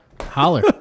Holler